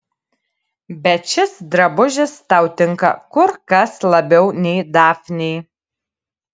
bet šis drabužis tau tinka kur kas labiau nei dafnei